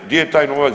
Gdje je taj novac?